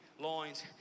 loins